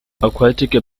aquatic